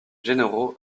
généraux